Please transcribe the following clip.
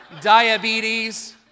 diabetes